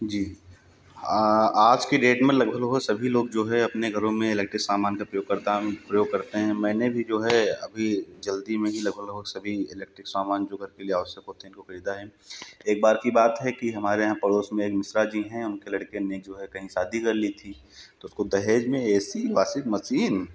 जी आज की डेट में लगभग लगभग सभी लोग जो है अपने घरों में इलेक्ट्रिक सामान का प्रयोग करता हम प्रयोग करते हैं मैंने भी जो है अभी जल्दी में ही लगभग लगभग सभी इलेक्ट्रिक सामान जो घर के लिए आवश्यक होते हैं इनको खरीदा है एक बार की बात है कि हमारे यहाँ पड़ोस में एक मिश्रा जी हैं उनके लड़के ने जो है कहीं शादी कर ली थी तो उसको दहेज में एसी वाशिंग मशीन